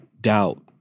doubt